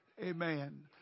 amen